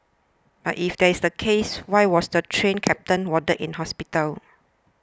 but if that's the case why was the Train Captain warded in hospital